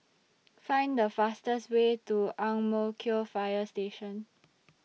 Find The fastest Way to Ang Mo Kio Fire Station